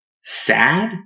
sad